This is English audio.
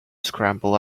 scramble